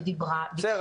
אני